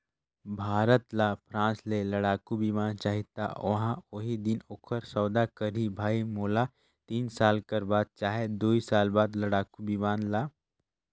भारत ल फ्रांस ले लड़ाकु बिमान चाहीं त ओहा उहीं दिन ओखर सौदा करहीं भई मोला तीन साल कर बाद चहे दुई साल बाद लड़ाकू बिमान ल